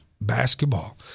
basketball